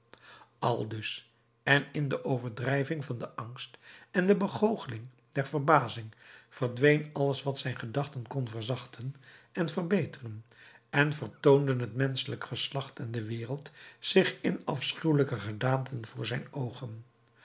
komen aldus en in de overdrijving van den angst en de begoocheling der verbazing verdween alles wat zijn gedachten kon verzachten en verbeteren en vertoonden het menschelijk geslacht en de wereld zich in afschuwelijke gedaanten voor zijn oogen aldus